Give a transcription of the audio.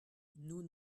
nous